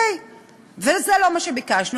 וזה לא מה שביקשנו.